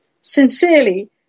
Sincerely